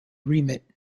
remit